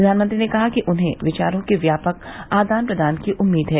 प्रधानमंत्री ने कहा कि उन्हें विचारों के व्यापक आदान प्रदान की उम्मीद है